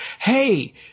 Hey